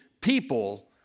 people